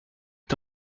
est